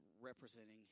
representing